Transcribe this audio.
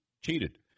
cheated